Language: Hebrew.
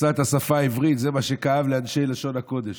עשה את השפה העברית, זה מה שכאב לאנשי לשון הקודש.